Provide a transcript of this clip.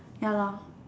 ya lah